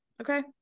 okay